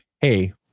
hey